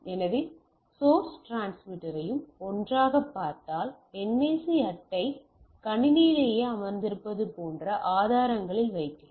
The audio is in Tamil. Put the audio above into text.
எனவே சோர்ஸ் டிரான்ஸ்மிட்டரையும் ஒன்றாகப் பார்த்தால் NIC அட்டை கணினியிலேயே அமர்ந்திருப்பது போன்ற ஆதாரங்களில் வைக்கிறோம்